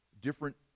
different